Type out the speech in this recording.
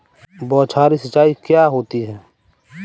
बौछारी सिंचाई क्या होती है?